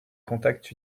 contacts